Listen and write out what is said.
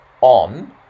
on